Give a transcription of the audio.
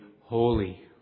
holy